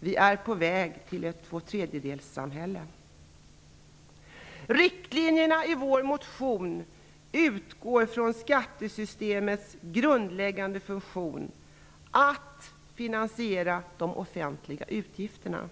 Vi är på väg mot ett tvåtredjedelssamhälle. Riktlinjerna i vår motion utgår från skattesystemets grundläggande funktion: att finansiera de offentliga utgifterna.